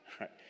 right